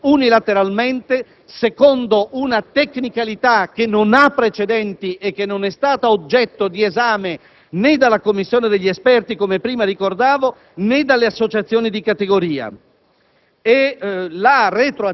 che sono stati cioè prodotti unilateralmente secondo una tecnicalità che non ha precedenti e che non è stata oggetto d'esame né dalla commissione degli esperti, né dalle associazioni di categoria.